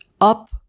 up